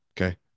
Okay